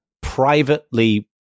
privately